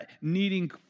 needing